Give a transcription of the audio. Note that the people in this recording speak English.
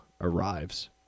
arrives